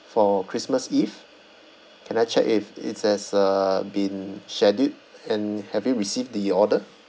for christmas eve can I check if it has uh been scheduled and have you received the order